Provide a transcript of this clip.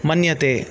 मन्यते